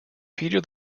peter